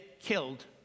killed